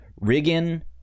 Riggin